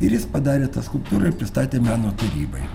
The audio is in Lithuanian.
ir jis padarė tą skulptūrą ir pristatė meno tarybai